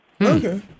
Okay